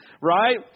Right